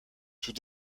tout